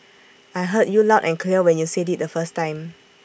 I heard you loud and clear when you said IT the first time